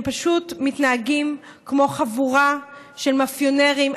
פשוט מתנהגים כמו חבורה של מאפיונרים,